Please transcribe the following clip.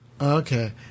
Okay